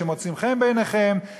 אלה שמוצאים חן בעיניכם,